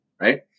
right